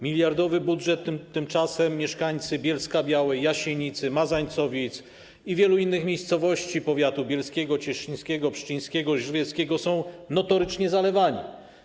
Miliardowy budżet, tymczasem mieszkańcy Bielska-Białej, Jasienicy, Mazańcowic i wielu innych miejscowości powiatu bielskiego, cieszyńskiego, pszczyńskiego, żywieckiego są notorycznie zalewani.